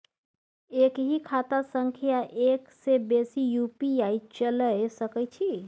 एक ही खाता सं एक से बेसी यु.पी.आई चलय सके छि?